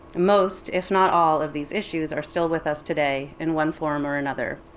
most, if not all of these issues are still with us today in one form or another,